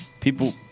people